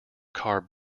car